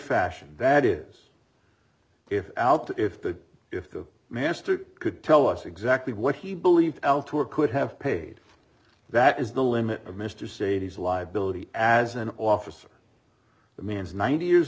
fashion that is if out if the if the master could tell us exactly what he believes al gore could have paid that is the limit of mr sadie's liability as an officer the man's ninety years